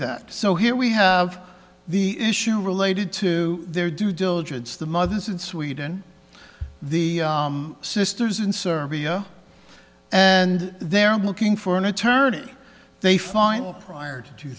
that so here we have the issue related to their due diligence the mothers in sweden the sisters in serbia and they're looking for an attorney they find prior to two